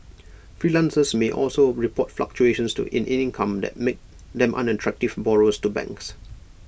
freelancers may also report fluctuations to in income that make them unattractive borrowers to banks